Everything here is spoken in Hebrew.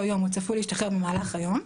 יום: הוא צפוי להשתחרר במהלך היום.